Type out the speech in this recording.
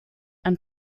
ein